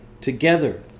together